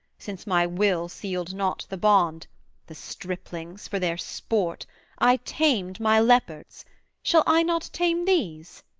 since my will sealed not the bond the striplings! for their sport i tamed my leopards shall i not tame these?